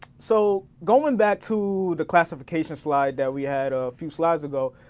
so going back to the classification slide that we had a few slides ago.